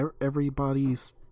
everybody's